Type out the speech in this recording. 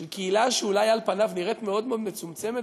של קהילה שאולי על פניו נראית מאוד מאוד מצומצמת